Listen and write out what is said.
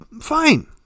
fine